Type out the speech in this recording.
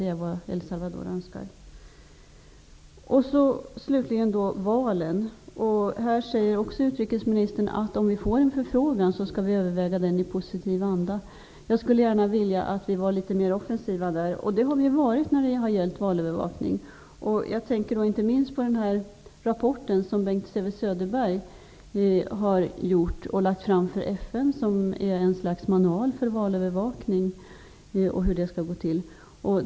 Det är vad El Slutligen till frågan om valen. Också här säger utrikesministern att om Sverige får en förfrågan skall regeringen överväga den i positiv anda. Jag skulle gärna vilja att vi där var litet mer offensiva. Det har vi varit när det gällt valövervakning. Jag tänker då inte minst på den rapport som Bengt Säve-Söderbergh har utarbetat och lagt fram inför FN. Det är ett slags manual för hur valövervakning skall gå till.